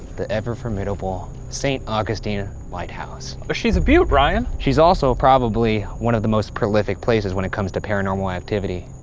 the ever formidable st. augustine lighthouse. but she's a beaut, ryan. she's also probably one of the most prolific places when it comes to paranormal activity.